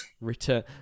return